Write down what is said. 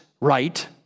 right